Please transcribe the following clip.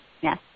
Yes